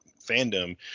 fandom